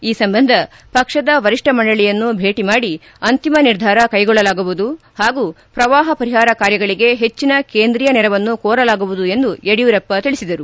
ಈ ಸಂಬಂಧ ಪಕ್ಷದ ವರಿಷ್ಠ ಮಂಡಳಿಯನ್ನು ಭೇಟಿ ಮಾಡಿ ಅಂತಿಮ ನಿರ್ಧಾರ ಕೈಗೊಳ್ಳಲಾಗುವುದು ಹಾಗೂ ಪ್ರವಾಹ ಪರಿಹಾರ ಕಾರ್ಯಗಳಿಗೆ ಹೆಚ್ಚನ ಕೇಂದ್ರೀಯ ನೆರವನ್ನು ಕೋರಲಾಗುವುದು ಎಂದು ಯಡಿಯೂರಪ್ಪ ತಿಳಿಸಿದರು